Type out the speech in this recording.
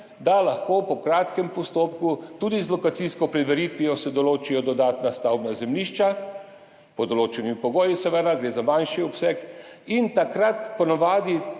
se lahko po kratkem postopku tudi z lokacijsko preveritvijo določijo dodatna stavbna zemljišča, pod določenimi pogoji seveda, gre za manjši obseg. Takrat po navadi